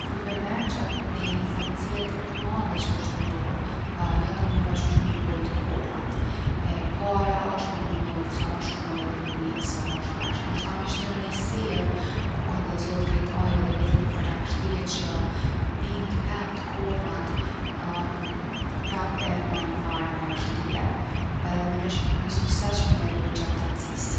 Si fermer gjatë ni thatësije tepër t’madhe që osht tu ndodh, jon do m’nyra qysh mi mbrojt t’korrnat. E para osht me munu me rujt sa ma shumë ujë edhe m’i ujit sa ma shpesh. Nashta me i shti në ni serrë ku kondenzohet krejt ajrit edhe metet nifar lagshtije që bimt, pemt, t’korrnat prap e majn’ nifar lagshtije. Edhe menoj qe ish kon e suksesshme me rujt gjatë thatsisë.